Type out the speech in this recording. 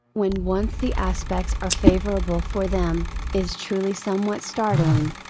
when once the aspects are favorable for them, is truly somewhat startling.